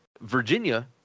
Virginia –